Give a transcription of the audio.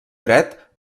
dret